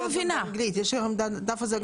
יש את הדף הזה באנגלית.